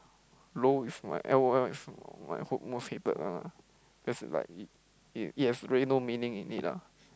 lol is my L_O_L is my ho~ most hated lah cause like it it it has really no meaning in it lah